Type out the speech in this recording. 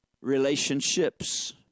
Relationships